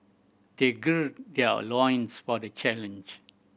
they gird their loins for the challenge